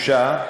בתחושה,